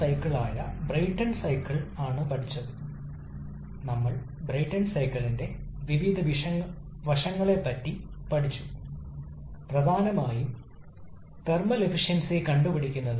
ഇന്നലത്തെ പ്രഭാഷണത്തിനിടെ open cycle അധിഷ്ഠിതവും അടച്ച സൈക്കിൾ അധിഷ്ഠിതവുമായ ഗ്യാസ് ടർബൈനുകൾ എന്ന ഗ്യാസ് ടർബൈൻ എന്ന ആശയം നിങ്ങളെ പരിചയപ്പെടുത്തി